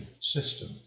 system